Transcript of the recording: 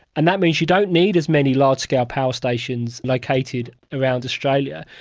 and that means you don't need as many large-scale power stations located around australia,